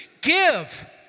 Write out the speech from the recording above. Give